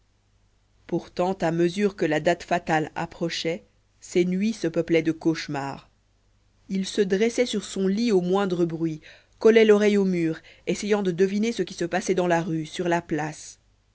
pourtant à mesure que la date fatale approchait ses nuits se peuplaient de cauchemars il se dressait sur son lit au moindre bruit collait l'oreille au mur essayant de deviner ce qui se passait dans la rue sur la place